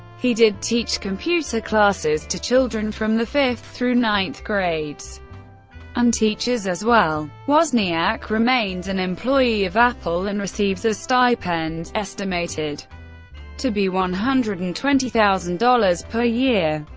he did teach computer classes to children from the fifth through ninth grades and teachers as well. wozniak remains an employee of apple and receives a stipend, estimated to be one hundred and twenty thousand dollars per year.